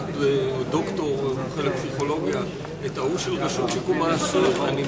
לוועדה שתקבע ועדת הכנסת נתקבלה.